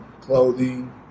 Clothing